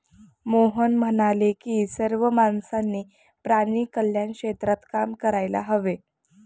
मोहन म्हणाले की सर्व माणसांनी प्राणी कल्याण क्षेत्रात काम करायला हवे